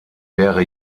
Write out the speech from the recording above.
wäre